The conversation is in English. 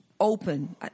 Open